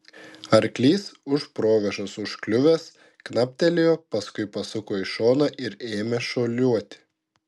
arklys už provėžos užkliuvęs knaptelėjo paskui pasuko į šoną ir ėmę šuoliuoti